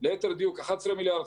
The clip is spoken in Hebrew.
ליתר דיוק 11,560,000,000,